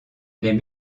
les